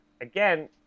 again